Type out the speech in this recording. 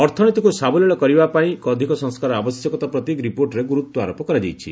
ଅର୍ଥନୀତିକୁ ସାବଲୀଳ କରିବାପାଇଁ ଅଧିକ ସଂସ୍କାରର ଆବଶ୍ୟକତା ପ୍ରତି ରିପୋର୍ଟରେ ଗୁରୁତ୍ୱ ଆରୋପ କରାଯାଇଛି